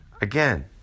Again